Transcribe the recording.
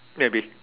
maybe